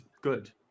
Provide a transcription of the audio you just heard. good